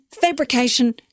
fabrication